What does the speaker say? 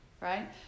right